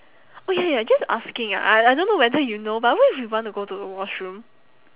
oh ya ya ya just asking ah I I dunno whether you know but what if you want to go to the washroom